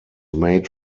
made